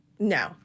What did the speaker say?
No